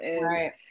right